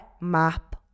map